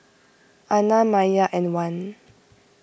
Aina Maya and Wan